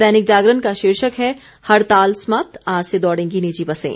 दैनिक जागरण का शीर्षक है हड़ताल समाप्त आज से दौड़ेंगी निजी बसें